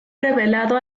revelado